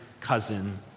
cousin